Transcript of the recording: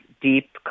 deep